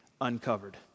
uncovered